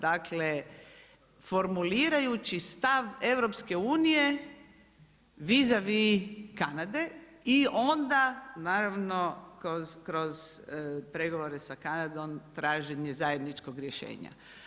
Dakle formulirajući stav EU-a, vis-a-vis Kanade, i onda naravno kroz pregovore sa Kanadom, traženje zajedničkog rješenja.